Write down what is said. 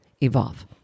evolve